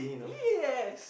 yes